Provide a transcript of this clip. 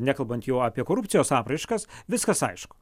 nekalbant jau apie korupcijos apraiškas viskas aišku